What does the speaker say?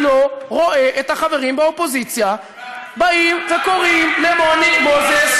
אני לא רואה את החברים באופוזיציה באים וקוראים לנוני מוזס,